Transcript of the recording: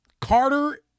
Carter